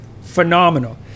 phenomenal